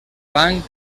van